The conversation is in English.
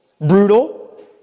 brutal